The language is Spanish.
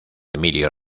emilio